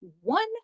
one